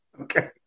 okay